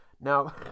Now